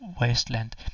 wasteland